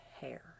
hair